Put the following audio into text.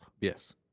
Yes